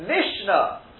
Mishnah